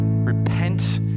Repent